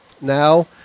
now